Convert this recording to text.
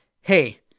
hey